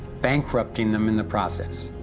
bankrupting them in the process.